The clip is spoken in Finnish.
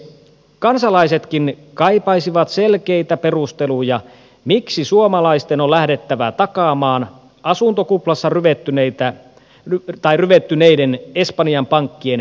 kansalaisetkin kaipaisivat selkeitä perusteluja miksi suomalaisten on lähdettävä takaamaan asuntokuplassa ryvettyneiden espanjan pankkien pääomittamista